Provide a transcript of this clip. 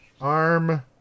Arm